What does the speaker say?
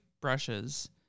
brushes